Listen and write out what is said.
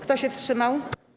Kto się wstrzymał?